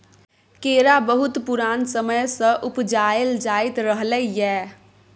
केरा बहुत पुरान समय सँ उपजाएल जाइत रहलै यै